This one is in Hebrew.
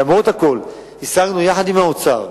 למרות הכול השגנו יחד עם האוצר,